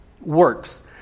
works